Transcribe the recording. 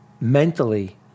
mentally